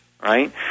Right